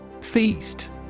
Feast